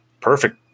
perfect